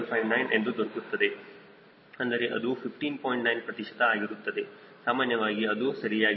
159 ಎಂದು ದೊರಕುತ್ತದೆ ಅಂದರೆ ಅದು 15